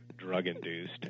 drug-induced